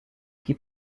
qui